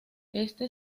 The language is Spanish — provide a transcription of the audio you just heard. este